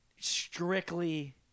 strictly